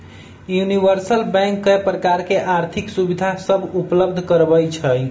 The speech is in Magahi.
यूनिवर्सल बैंक कय प्रकार के आर्थिक सुविधा सभ उपलब्ध करबइ छइ